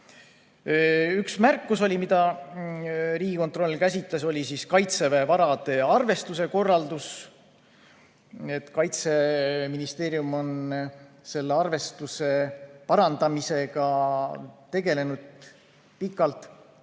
Üks märkus, mida Riigikontroll käsitles, oli Kaitseväe varade arvestuse korraldus. Kaitseministeerium on selle arvestuse parandamisega tegelenud pikalt.